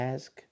Ask